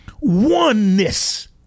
oneness